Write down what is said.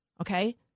okay